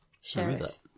sheriff